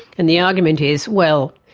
and the argument is, well,